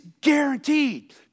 guaranteed